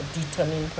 determined person